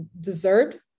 deserved